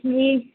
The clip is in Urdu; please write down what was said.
جی